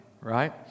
right